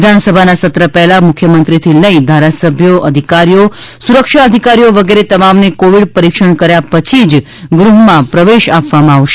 વિધાનસભાના સત્ર પહેલા મુખ્યમંત્રીથી લઈ ધારાસભ્યો અધિકારીઓ સુરક્ષા અધિકારીઓ વગેરે તમામને કોવિડ પરીક્ષણ કર્યા પછી જ ગૃહમાં પ્રવેશ આપવામાં આવશે